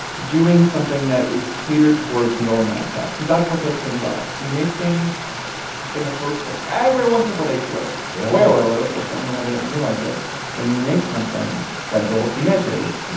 doing something that is catered towards middle america because that's what those things are. you make things in the hopes that everyone can relate to it yeah spoiler alert which i don't know why they haven't realized it when you make something that dulls the edges,